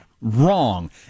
wrong